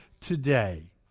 today